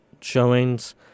showings